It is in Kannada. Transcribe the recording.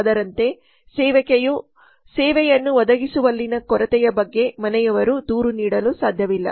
ಅದರಂತೆ ಸೇವಕಿಯು ಸೇವೆಯನ್ನು ಒದಗಿಸುವಲ್ಲಿನ ಕೊರತೆಯ ಬಗ್ಗೆ ಮನೆಯವರು ದೂರು ನೀಡಲು ಸಾಧ್ಯವಿಲ್ಲ